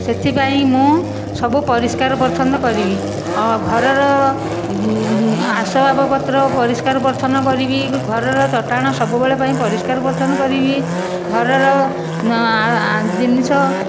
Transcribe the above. ସେଥିପାଇଁ ମୁଁ ସବୁ ପରିଷ୍କାର ପରିଚ୍ଛନ୍ନ କରିବି ଆସବାବପତ୍ର ପରିଷ୍କାର ପରିଚ୍ଛନ କରିବି ଘରର ଚଟାଣ ସବୁବେଳ ପାଇଁ ପରିଷ୍କାର ପରିଚ୍ଛନ୍ନ କରିବି ଘରର ଜିନିଷ